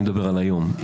אני מדבר על היום.